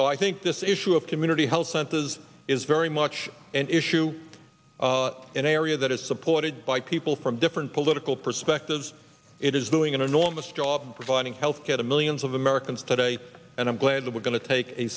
so i think this issue of community health centers is very much an issue an area that is supported by people from different political perspectives it is doing an enormous job providing health care to millions of americans today and i'm glad that